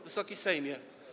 Wysoki Sejmie!